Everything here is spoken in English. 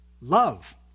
love